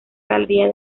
galería